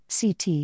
CT